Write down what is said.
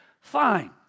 fine